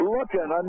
Looking